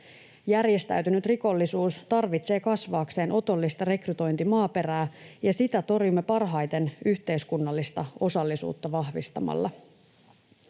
Järjestäytynyt rikollisuus tarvitsee kasvaakseen otollista rekrytointimaaperää, ja sitä torjumme parhaiten yhteiskunnallista osallisuutta vahvistamalla.